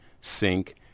sink